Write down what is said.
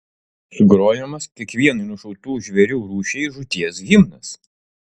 sugrojamas kiekvienai nušautų žvėrių rūšiai žūties himnas